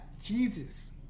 Jesus